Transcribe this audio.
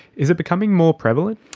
is it becoming more prevalent?